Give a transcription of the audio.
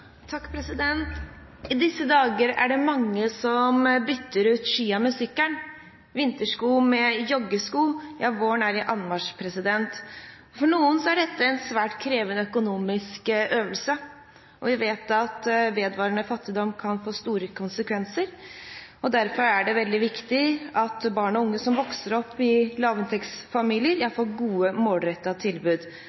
I disse dager er det mange som bytter ut skiene med sykkel, vintersko med joggesko – ja, våren er i anmarsj. For noen er dette en svært krevende økonomisk øvelse, og vi vet at vedvarende fattigdom kan få store konsekvenser. Derfor er det veldig viktig at barn og unge som vokser opp i lavinntektsfamilier, får gode målrettete tilbud.